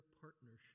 partnership